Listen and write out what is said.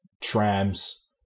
trams